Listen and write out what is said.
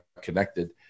connected